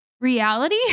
reality